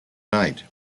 night